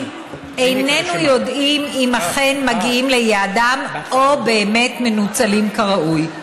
איננו יודעים אם הם אכן מגיעים ליעדם או באמת מנוצלים כראוי.